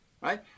right